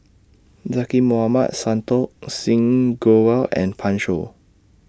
Zaqy Mohamad Santokh Singh Grewal and Pan Shou